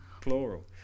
plural